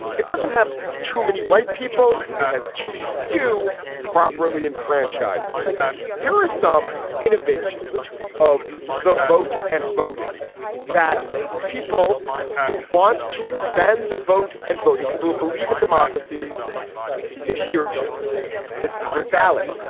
it doesn't have too many white people. it has too few properly enfranchised people. here are some innovations of the vote and voting that people who want to expand the vote and voting, people who believe in democracies adhere to the secret ballot.